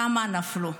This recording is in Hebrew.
כמה נפלו.